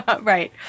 Right